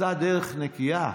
עשה דרך נקייה,